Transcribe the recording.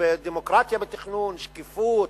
דמוקרטיה בתכנון, שקיפות,